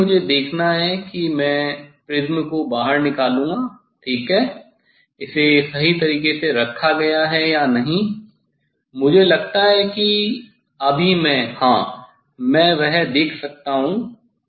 यहाँ भी मुझे देखना है मैं प्रिज्म को बाहर निकालूंगा ठीक है इसे सही तरीके से रखा गया है या नहीं मुझे लगता है कि अभी मैं हाँ मैं वह देख सकता हूं